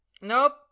Nope